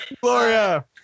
Gloria